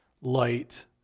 light